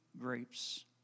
grapes